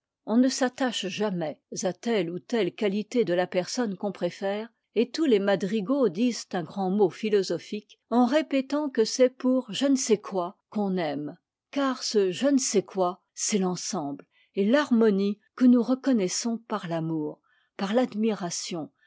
on ne s'attache jamais à telle ou telle qualité de la personne qu'on préfère et tous les madrigaux disent un grand mot philosophique en répétant que c'est pour je ne sais quoi qu'on aime car ce je ne sais quoi c'est l'ensemble et l'harmonie que nous reconnaissons par l'amour par l'admiration